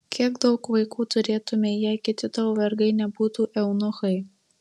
kiek daug vaikų turėtumei jei kiti tavo vergai nebūtų eunuchai